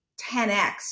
10x